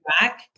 back